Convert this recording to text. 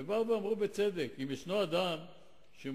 באו ואמרו בצדק: אם ישנו אדם שמעוניין